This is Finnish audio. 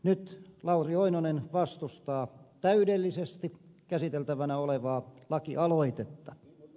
nyt lauri oinonen vastustaa täydellisesti käsiteltävänä olevaa lakialoitetta